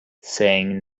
saying